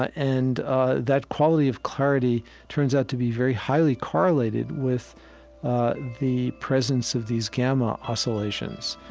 ah and ah that quality of clarity turns out to be very highly correlated with the presence of these gamma oscillations.